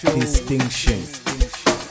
distinction